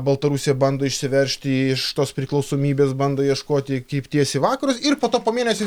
baltarusija bando išsiveržti iš tos priklausomybės bando ieškoti krypties į vakarus ir po to po mėnesio